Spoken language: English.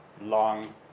long